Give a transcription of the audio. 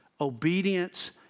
obedience